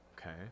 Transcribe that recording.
Okay